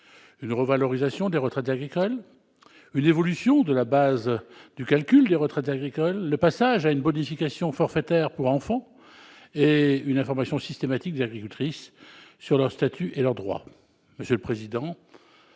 une revalorisation des retraites agricoles, une évolution de leur base de calcul, le passage à une bonification forfaitaire pour enfant et une information systématique des agricultrices sur leurs statuts et leurs droits.